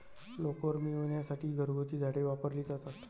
लोकर मिळविण्यासाठी घरगुती झाडे वापरली जातात